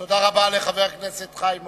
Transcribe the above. תודה רבה לחבר הכנסת חיים אורון,